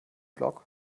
blog